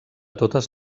totes